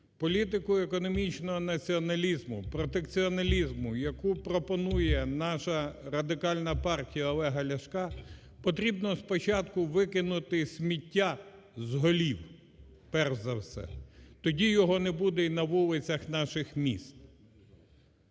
політику економічного націоналізму, протекціонізму, яку пропонує наша Радикальна партія Олега Ляшка, потрібно спочатку викинути сміття з голів перш за все. Тоді його не буде і на вулицях наших міст.